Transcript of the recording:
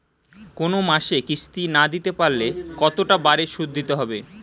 কোন মাসে কিস্তি না দিতে পারলে কতটা বাড়ে সুদ দিতে হবে?